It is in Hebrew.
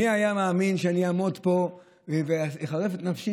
מי היה מאמין שאני אעמוד פה ואחרף את נפשי